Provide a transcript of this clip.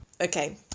okay